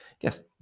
Yes